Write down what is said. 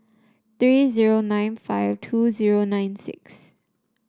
three zero nine five two zero nine six